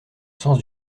sens